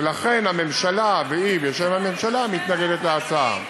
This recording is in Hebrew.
ולכן הממשלה, והיא בשם הממשלה, מתנגדת להצעה.